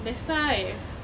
that's why